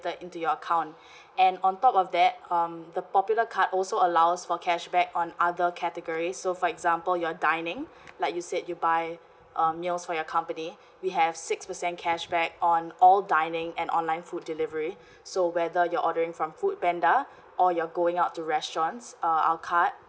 into your account and on top of that um the popular card also allows for cashback on other category so for example your dining like you said you buy um meals for your company we have six percent cashback on all dining and online food delivery so whether you're ordering from foodpanda or you're going out to restaurants uh our card